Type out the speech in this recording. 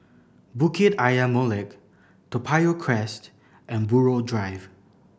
Bukit Ayer Molek Toa Payoh Crest and Buroh Drive